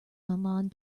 online